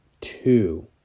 two